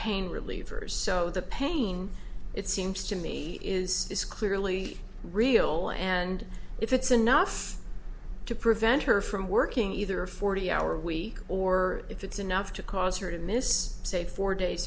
pain relievers so the pain it seems to me is is clearly real and if it's enough to prevent her from working either a forty hour week or if it's enough to cause her to miss say four days